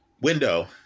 window